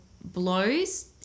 blows